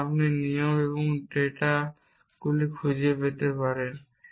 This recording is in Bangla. এবং আপনি নিয়ম এবং ম্যাচিং ডেটা খুঁজতে পারেন